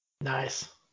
Nice